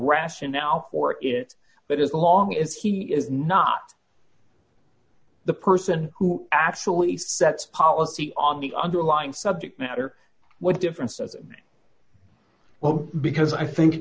rationale for it but as long as he is not the person who actually sets policy on the underlying subject matter what difference well because i think